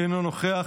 אינו נוכח,